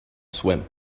swim